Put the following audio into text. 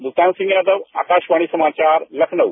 मुल्तान सिंह यादव आकाशवाणी समाचार लखनऊ